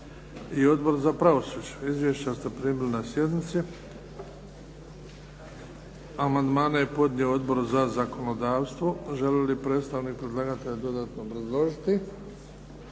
i Odbor za pravosuđe. Izvješća ste primili na sjednici. Amandmane je podnio Odbor za zakonodavstvo. Želi li predstavnik predlagatelja dodatno obrazložiti?